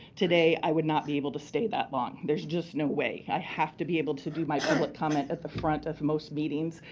today i would not be able to stay that long. there's just no way. i have to be able to do my public comment at the front of most meetings.